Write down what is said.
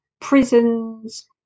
Prisons